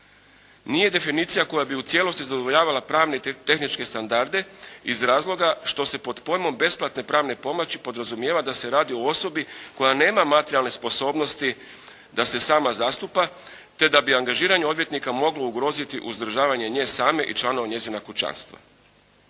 nije definicija koja bi u cijelosti zadovoljavala pravne i tehničke standarde iz razloga što se pod pojmom besplatne pravne pomoći podrazumijeva da se radi o osobi koja nema materijalne sposobnosti da se sama zastupa te da bi angažiranje odvjetnika moglo ugroziti uzdržavanje nje same i članova njezina kućanstva.